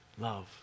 love